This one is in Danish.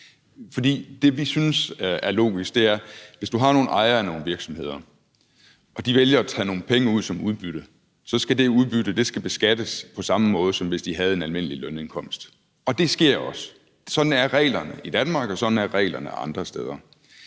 For det, vi synes er logisk, er, at hvis du har nogle ejere af nogle virksomheder og de vælger at tage nogle penge ud som udbytte, så skal det udbytte beskattes på samme måde, som hvis de havde en almindelig lønindkomst, og det sker også. Sådan er reglerne i Danmark, og sådan er reglerne andre steder.